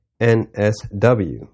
NSW